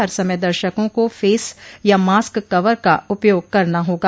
हर समय दर्शकों को फेस या मॉस्क कवर का उपयोग करना होगा